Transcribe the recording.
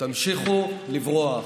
תמשיכו לברוח.